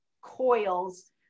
coils